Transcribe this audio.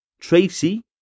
Tracy